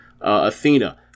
Athena